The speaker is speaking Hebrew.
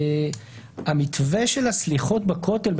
המתווה של הסליחות בכותל,